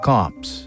Cops